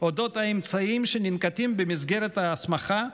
על אודות האמצעים שננקטים במסגרת ההסמכה,